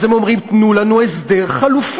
אז הם אומרים: תנו לנו הסדר חלופי,